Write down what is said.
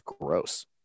gross